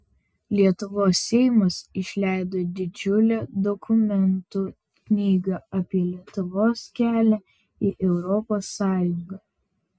lietuvos seimas išleido didžiulę dokumentų knygą apie lietuvos kelią į europos sąjungą